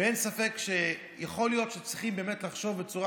ואין ספק שיכול להיות שצריכים לחשוב בצורה